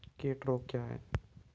कीट रोग क्या है?